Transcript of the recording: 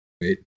Wait